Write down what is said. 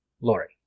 Lori